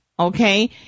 Okay